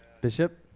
Bishop